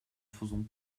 faisons